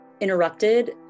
interrupted